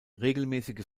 regelmäßige